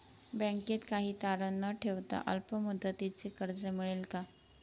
बँकेत काही तारण न ठेवता अल्प मुदतीचे कर्ज मिळेल का?